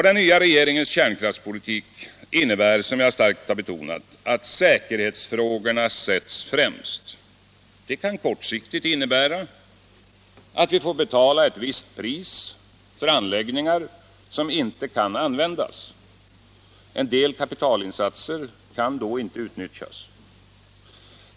Den nya regeringens kärnkraftspolitik innebär, som jag starkt har betonat, att säkerhetsfrågorna sätts främst. Det kan kortsiktigt innebära att vi får betala ett visst pris för anläggningar som inte kan användas. En del kapitalinsatser kan då inte utnyttjas.